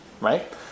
right